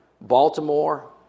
Baltimore